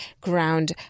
ground